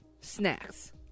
snacks